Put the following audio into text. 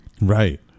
Right